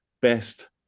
best